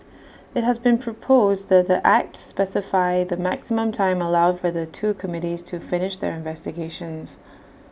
IT has been proposed that the act specify the maximum time allowed for the two committees to finish their investigations